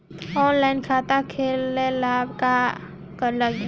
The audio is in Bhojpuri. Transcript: ऑनलाइन खाता खोलबाबे ला का का लागि?